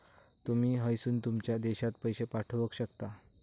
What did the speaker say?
तुमी हयसून तुमच्या देशात पैशे पाठवक शकता